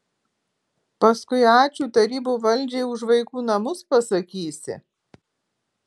paskui ačiū tarybų valdžiai už vaikų namus pasakysi